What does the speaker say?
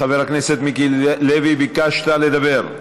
חבר הכנסת מיקי לוי, ביקשת לדבר.